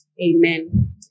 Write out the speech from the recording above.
Amen